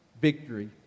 Victory